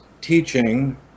teaching